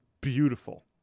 beautiful